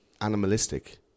animalistic